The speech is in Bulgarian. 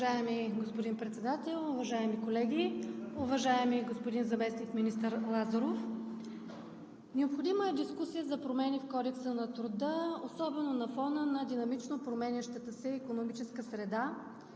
Уважаеми господин Председател, уважаеми колеги, уважаеми господин заместник министър Лазаров! Необходима е дискусия за промени в Кодекса на труда, особено на фона на динамично променящата се икономическа среда